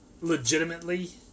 legitimately